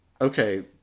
Okay